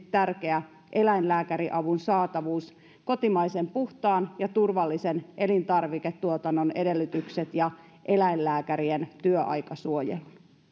tärkeä eläinlääkäriavun saatavuus kotimaisen puhtaan ja turvallisen elintarviketuotannon edellytykset ja eläinlääkärien työaikasuojelu